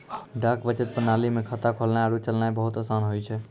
डाक बचत प्रणाली मे खाता खोलनाय आरु चलैनाय बहुते असान होय छै